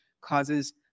causes